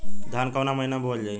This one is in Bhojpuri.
धान कवन महिना में बोवल जाई?